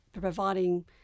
providing